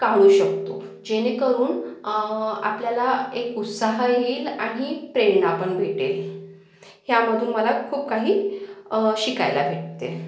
काढू शकतो जेणेकरून आपल्याला एक उत्साह येईल आनि प्रेरणाण भेटेल ह्यामधून मला खूप काही शिकायला भेटते